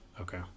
Okay